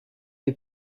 est